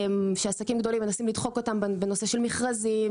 שעסקים גדולים מנסים לדחוק אותם בנושא של מכרזים,